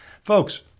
Folks